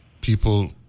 people